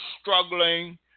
struggling